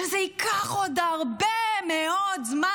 שזה ייקח עוד הרבה מאוד זמן.